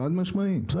חד משמעית,